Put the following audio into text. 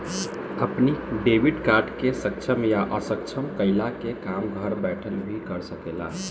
अपनी debit card के सक्षम या असक्षम कईला के काम घर बैठल भी कर सकेला